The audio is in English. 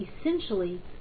essentially